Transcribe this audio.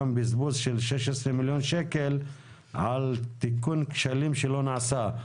יש גם בזבוז של 16 מיליון שקל על תיקון כשלים שלא נעשה.